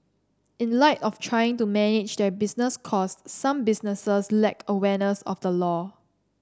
in light of trying to manage their business cost some businesses lack awareness of the law